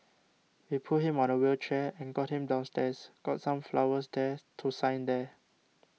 we put him on a wheelchair and got him downstairs got some flowers there to sign there